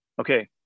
okay